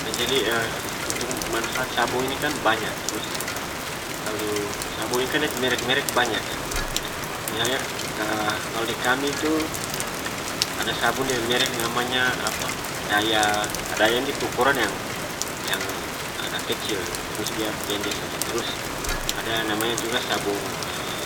Jadi untuk manfaat sabong ini kan banyak trus kalu sabong ini kan dia pe merek merek banyak yah kalu di kami itu ada sabong dia pe merek namanya apa daya daya ini dia pe ukuran yang-yang agak kecil trus dia pende saja trus ada namanya juga sabong